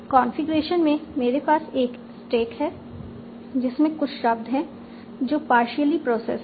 configuration में मेरे पास एक स्टैक है जिसमें कुछ शब्द हैं जो पार्शियली प्रोसैस्ड हैं